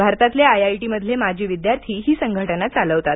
भारतातील आयआयटीमधले माजी विद्यार्थी ही संघटना चालवतात